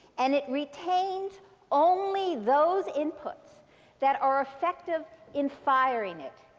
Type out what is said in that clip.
and it retains only those inputs that are effective in firing it,